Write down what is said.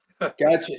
Gotcha